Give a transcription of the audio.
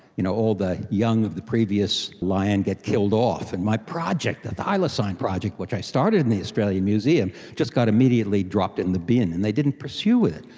you know, all the young of the previous lion get killed off, and my project, the thylacine project which i started in the australian museum, just got immediately dropped in the bin and they didn't pursue it.